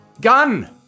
Gun